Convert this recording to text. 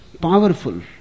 powerful